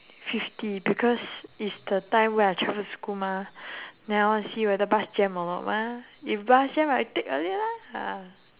fifty because it's the time where I travel to school mah then I want see whether bus jam or not mah if bus jam I take earlier lah